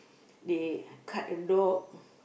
they cut the dog